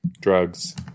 Drugs